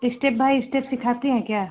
step by step सिखाती हैं क्या